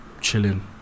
Chilling